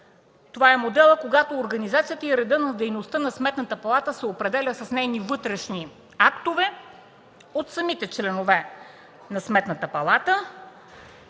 друг модел – когато редът и организацията на дейността на Сметната палата се определят с нейни вътрешни актове от самите членове на Сметната палата,